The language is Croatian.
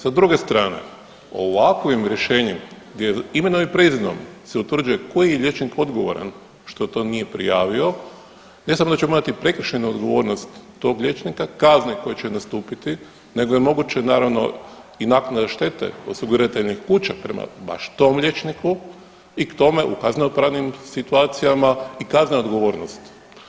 Sa druge strane ovakovim rješenjem gdje imenom i prezimenom se utvrđuje koji liječnik je odgovoran što to nije prijavo ne samo da ćemo imati prekršajnu odgovornost tok liječnika kazne koje će nastupiti nego je moguće naravno i naknada štete osigurateljnih kuća prema baš tom liječniku i k tome u kazneno pravnim situacijama i kaznena odgovornost.